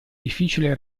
difficile